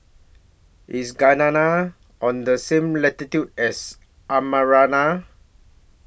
IS Guyana on The same latitude as Armenia